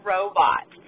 Robot